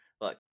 Look